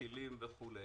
שתילים וכולי